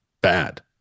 bad